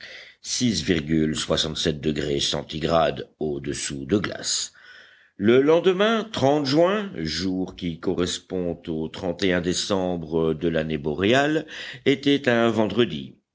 de glace le lendemain juin jour qui correspond au décembre de l'année boréale était un vendredi